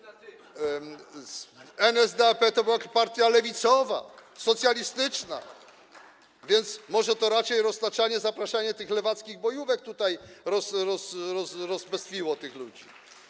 NSDAP to była partia lewicowa, socjalistyczna, więc może to raczej roztaczanie... zapraszanie tych lewackich bojówek tutaj rozbestwiło tych ludzi.